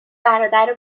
برادر